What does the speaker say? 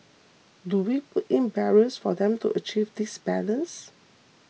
do we put in barriers for them to achieve this balance